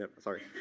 Sorry